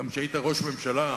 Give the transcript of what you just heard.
כשהיית ראש ממשלה,